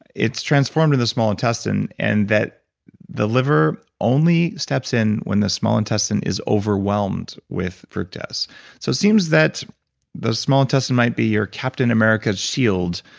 it's transformed in the small intestine and that the liver only steps in when the small intestine is overwhelmed with fructose it so seems that the small intestine might be your captain america's shield,